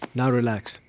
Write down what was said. now relax.